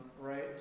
Right